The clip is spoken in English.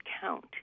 count